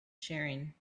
sharing